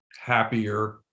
happier